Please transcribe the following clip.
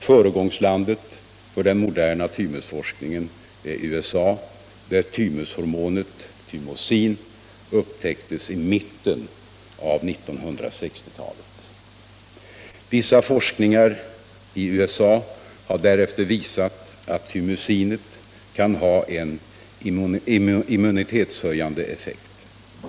Föregångslandet för den moderna thymusforskningen är USA, där thymushormonet, thymosinet, upptäcktes i mitten av 1960-talet. Vissa forskningar i USA har därefter visat att thymosinet kan ha immunitetshöjande effekt.